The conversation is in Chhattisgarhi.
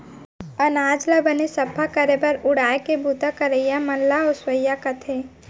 अनाज ल बने सफ्फा करे बर उड़ाय के बूता करइया मन ल ओसवइया कथें